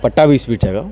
Pattabhi స్వీట్స్ఏగా